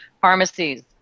Pharmacies